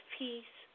peace